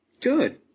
Good